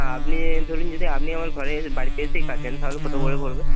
আপনি ধরুন যদি আপনি আমার ঘরে বাড়িতে এসেই কাটেন তাহলে কত করে পড়বে